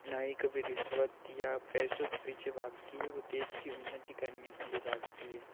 ना ही कभी रिश्वत या पैसों के पीछे भागती है वो देश की उन्नति करने के लिये भागती है